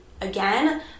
again